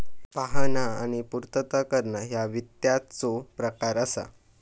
पाहणा आणि पूर्तता करणा ह्या वित्ताचो प्रकार असा